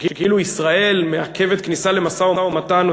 כאילו ישראל מעכבת כניסה למשא-ומתן או